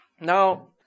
Now